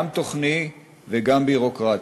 גם תוכני וגם ביורוקרטי?